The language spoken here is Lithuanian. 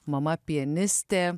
mama pianistė